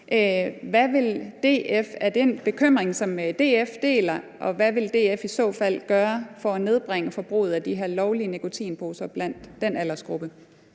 hvad vil DF i så fald gøre for at nedbringe forbruget af de her lovlige nikotinposer blandt den aldersgruppe?